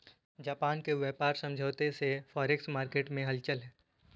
Japan के व्यापार समझौते से फॉरेक्स मार्केट में हलचल है